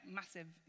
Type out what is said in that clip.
massive